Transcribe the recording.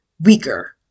weaker